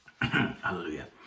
hallelujah